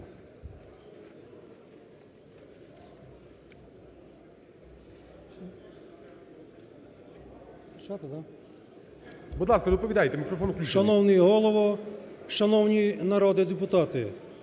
Шановний Голово, шановні народні депутати!